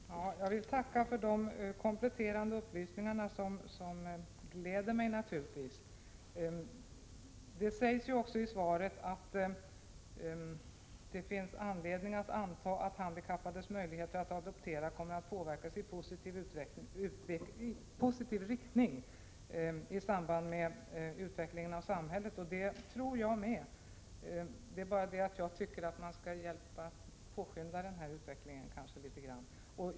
Herr talman! Jag vill tacka för dessa kompletterande upplysningar, som naturligtvis glädjer mig. Det sägs ju också i svaret att det finns anledning att anta att handikappades möjligheter att adoptera kommer att påverkas i positiv riktning i samband med utvecklingen av samhället. Det tror jag också, men jag tycker att man kanske borde påskynda denna utveckling litet grand.